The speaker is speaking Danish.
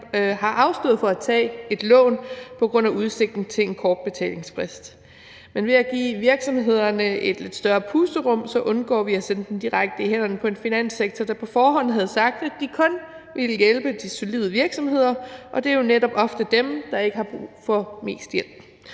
har afstået fra at tage et lån på grund af udsigten til en kort betalingsfrist. Men ved at give virksomhederne et lidt større pusterum undgår vi at sende dem direkte i armene på en finanssektor, der på forhånd har sagt, at de kun vil hjælpe de solide virksomheder, og det er jo netop ofte dem, der ikke har mest brug for hjælp.